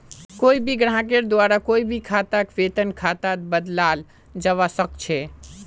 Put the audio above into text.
कोई भी ग्राहकेर द्वारा कोई भी खाताक वेतन खातात बदलाल जवा सक छे